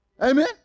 Amen